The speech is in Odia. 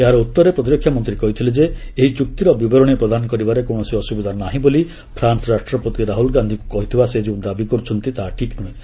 ଏହାର ଉତ୍ତରରେ ପ୍ରତିରକ୍ଷାମନ୍ତ୍ରୀ କହିଥିଲେ ଯେ ଏହି ଚୁକ୍ତିର ବିବରଣୀ ପ୍ରଦାନ କରିବାରେ କୌଣସି ଅସୁବିଧା ନାହିଁ ବୋଲି ଫ୍ରାନ୍ନ ରାଷ୍ଟ୍ରପତି ରାହୁଳ ଗାନ୍ଧୀଙ୍କୁ କହିଥିବା ସେ ଯେଉଁ ଦାବି କରୁଛନ୍ତି ତାହା ଠିକ୍ ନୁହେଁ